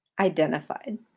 identified